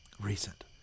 Recent